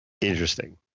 Interesting